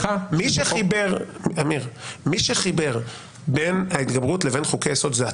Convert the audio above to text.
מי שחיבר בין ההתגברות לבין חוקי יסוד זה אתה,